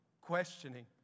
questioning